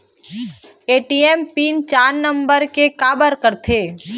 ATM pin चार नंबर के काबर करथे?